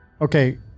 Okay